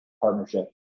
partnership